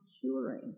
curing